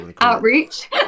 outreach